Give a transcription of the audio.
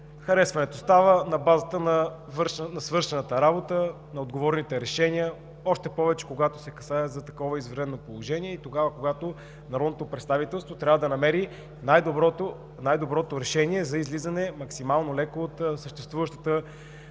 Харесването става на базата на свършената работа, на отговорните решения, още повече, когато се касае за такова извънредно положение и тогава, когато народното представителство трябва да намери най-доброто решение за излизане максимално леко от съществуващата